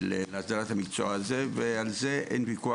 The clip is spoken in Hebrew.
להגדרת המקצוע הזה, ועל זה אין ויכוח.